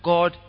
God